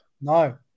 No